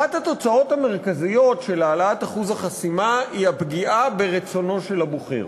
אחת התוצאות המרכזיות של העלאת אחוז החסימה היא פגיעה ברצונו של הבוחר,